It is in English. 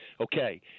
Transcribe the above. okay